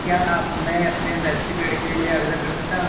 क्या मैं अपने शैक्षिक ऋण के लिए आवेदन कर सकता हूँ?